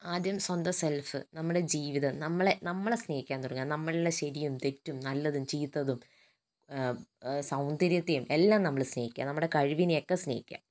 ആദ്യം സ്വന്തം സെല്ഫ് നമ്മുടെ ജീവിതം നമ്മളെ നമ്മളെ സ്നേഹിക്കാൻ തുടങ്ങുക നമ്മളിലെ ശരിയും തെറ്റും നല്ലതും ചീത്തതും സൗന്ദര്യത്തെയും എല്ലാം നമ്മള് സ്നേഹിക്കുക നമ്മടെ കഴിവിനെ ഒക്കെ സ്നേഹിക്കുക